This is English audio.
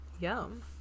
Yum